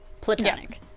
platonic